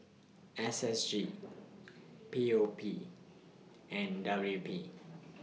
S S G P O P and W P